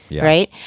right